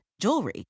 jewelry